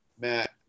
Matt